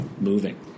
moving